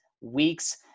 weeks